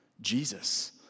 Jesus